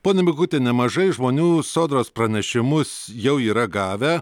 ponia mikuti nemažai žmonių sodros pranešimus jau yra gavę